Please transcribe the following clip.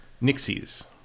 Nixies